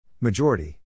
Majority